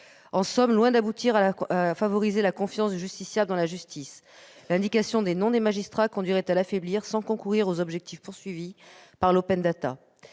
En somme, loin d'aboutir à favoriser la confiance du justiciable dans la justice, l'indication des noms des magistrats conduirait à l'affaiblir, sans contribuer aux objectifs visés à travers l'.